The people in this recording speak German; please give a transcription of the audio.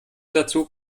dazu